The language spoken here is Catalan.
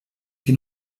que